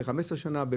אחרי 15 שנה.